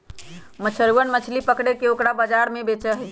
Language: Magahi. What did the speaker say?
मछुरवन मछली पकड़ के ओकरा बाजार में बेचा हई